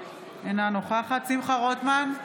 אינה נוכחת שמחה רוטמן,